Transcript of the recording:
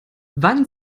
wann